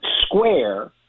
Square